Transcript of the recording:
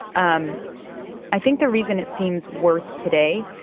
um i think the reason it seems worse today,